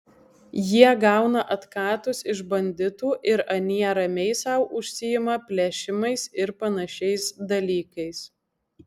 jie gauna atkatus iš banditų ir anie ramiai sau užsiima plėšimais ir panašiais dalykais